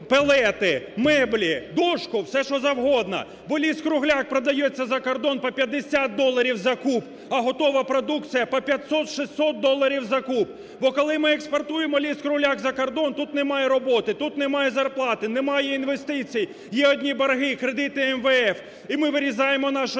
пелети, меблі, дошку все що завгодно? Бо ліс-кругляк продається за кордон по 50 доларів за куб, а готова продукція по 500-600 доларів за куб. Бо, коли ми експортуємо ліс-кругляк за кордон, тут немає роботи, тут немає зарплати, немає інвестиції, є одні борги, кредити МВФ. І ми вирізаємо нашу